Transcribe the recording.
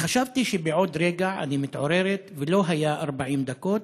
וחשבתי שבעוד רגע אני מתעוררת ולא היו 40 דקות,